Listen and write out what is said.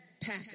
pack